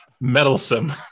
meddlesome